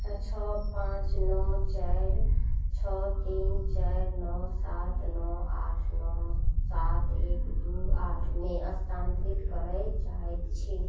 छओ पाँच नओ चारि छओ तीन चारि नओ सात नओ आठ नओ सात एक दुइ आठमे स्थानान्तरित करै चाहै छी